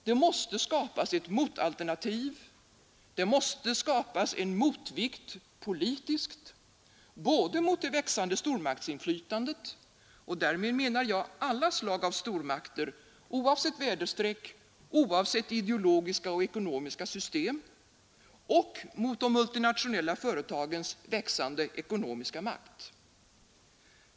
Det måste skapas ett motalternativ, det måste skapas en motvikt politiskt både mot det växande stormaktsinflytandet — och därmed menar jag alla slag av stormakter, oavsett väderstreck och oavsett ideologiska och ekonomiska system — och mot de multinationella företagens växande ekonomiska makt.